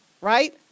right